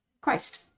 Christ